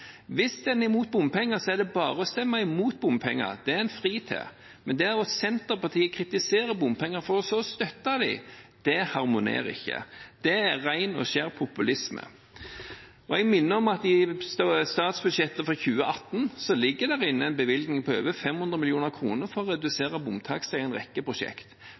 Hvis en er imot bompenger, er det bare å stemme imot bompenger, det er en fri til, men det at Senterpartiet kritiserer bompenger – for så å støtte det – harmonerer ikke. Det er ren og skjær populisme. Og jeg minner om at i statsbudsjettet for 2018 ligger det inne en bevilgning på over 500 mill. kr for å redusere bomtakster i en rekke